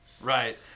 Right